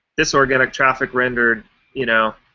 this organic traffic rendered you know